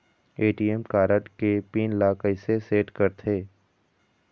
ATM card के PIN ला कैसे सेट करथे?